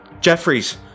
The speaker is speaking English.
Jeffries